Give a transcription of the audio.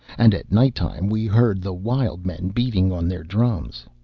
and at night-time we heard the wild men beating on their drums.